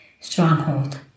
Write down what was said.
stronghold